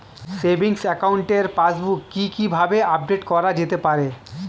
Savings একাউন্টের passbook কি কিভাবে আপডেট করা যেতে পারে?